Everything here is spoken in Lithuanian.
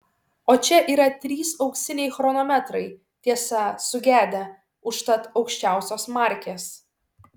o čia yra trys auksiniai chronometrai tiesa sugedę užtat aukščiausios markės